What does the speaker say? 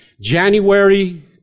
January